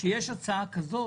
כשיש הצעה כזאת,